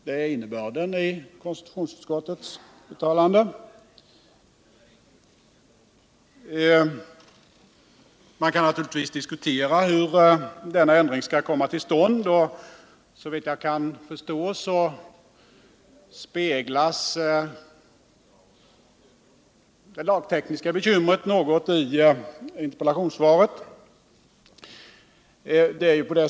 Det är innebörden i konstitutionsutskottets uttalande. Man kan naturligtvis diskutera hur denna ändring skall komma till stånd. Såvitt jag kan förstå speglas det lagtekniska bekymret i interpellationssvaret.